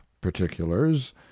particulars